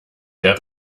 der